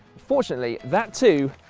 fortunately that, too,